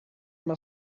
must